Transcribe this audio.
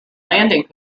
landing